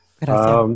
Gracias